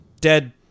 dead